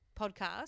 podcast